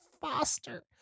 Foster